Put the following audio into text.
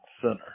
center